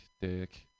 dick